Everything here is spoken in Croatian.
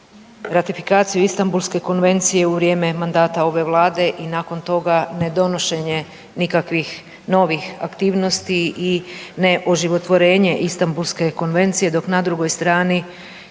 ratifikaciju Istambulske konvencije u vrijeme mandata ove Vlade i nakon toga ne donošenje nikakvih novih aktivnosti i ne oživotvorenje Istambulske konvencije dok na drugoj strani